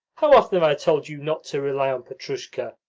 how often have i told you not to rely on petrushka?